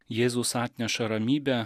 jėzus atneša ramybę